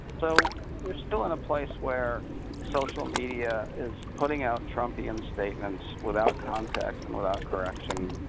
so you're still in a place where social media is putting out trumpian statements without context and without correction,